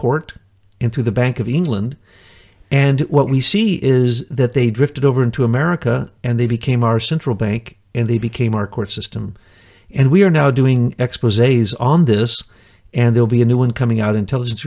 through the bank of england and what we see is that they drifted over into america and they became our central bank and they became our court system and we are now doing expos a's on this and they'll be a new one coming out intelligence